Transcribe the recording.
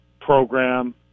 program